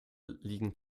liegen